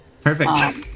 Perfect